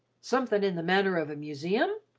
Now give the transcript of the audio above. somethin' in the manner of a museum?